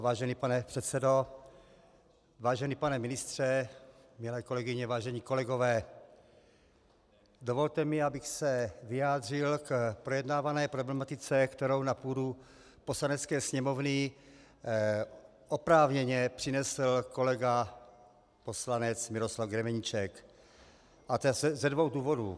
Vážený pane předsedo, vážený pane ministře, milé kolegyně, vážení kolegové, dovolte mi, abych se vyjádřil k projednávané problematice, kterou na půdu Poslanecké sněmovny oprávněně přinesl kolega poslanec Miroslav Grebeníček, a to ze dvou důvodů.